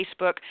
Facebook